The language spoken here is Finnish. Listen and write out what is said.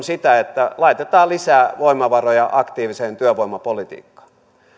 sitä että laitetaan lisää voimavaroja aktiiviseen työvoimapolitiikkaan